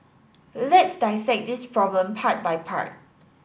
let's dissect this problem part by part